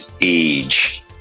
age